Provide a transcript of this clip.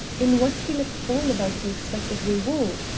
in what he let fall about the expected reward.